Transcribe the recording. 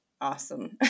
awesome